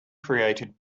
created